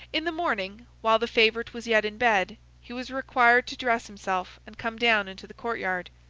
in the morning, while the favourite was yet in bed, he was required to dress himself and come down into the court-yard.